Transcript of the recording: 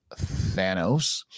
Thanos